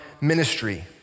ministry